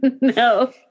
No